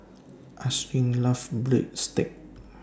Ashlyn loves Breadsticks